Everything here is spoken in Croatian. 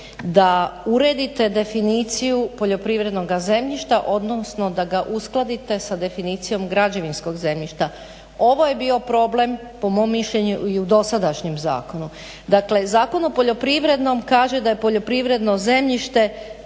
da uredite definiciju poljoprivrednoga zemljišta odnosno da ga uskladite sa definicijom građevinskog zemljišta. Ovo je bio problem po mom mišljenju i u dosadašnjem zakonu. Dakle Zakon o poljoprivrednom kaže da je poljoprivredno zemljište,